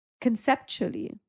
conceptually